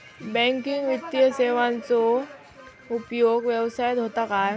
Banking वित्तीय सेवाचो उपयोग व्यवसायात होता काय?